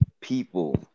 people